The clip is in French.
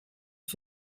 les